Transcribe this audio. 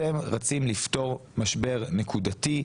אתם רצים לפתור משבר נקודתי,